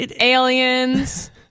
aliens